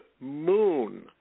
moon